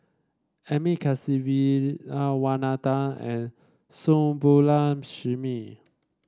Amit Kasivis Wanathan and Subbulakshmi